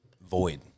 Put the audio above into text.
void